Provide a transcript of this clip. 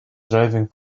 striving